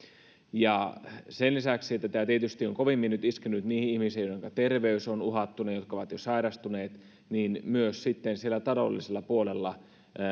sen lisäksi että tämä tietysti on nyt kovimmin iskenyt niihin ihmisiin joiden terveys on uhattuna ja jotka ovat jo sairastuneet niin myös sitten siellä taloudellisella puolella